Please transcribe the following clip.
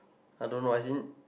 I don't know I seen